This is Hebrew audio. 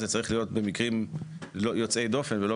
זה צריך להיות במקרים יוצאי דופן ולא